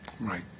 Right